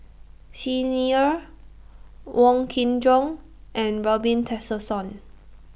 Xi Ni Er Wong Kin Jong and Robin Tessensohn